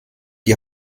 die